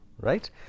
right